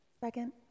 Second